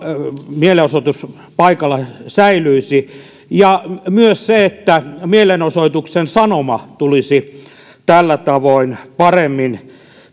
mielenosoituspaikalla säilyisivät jolloin myös mielenosoituksen sanoma tulisi tällä tavoin paremmin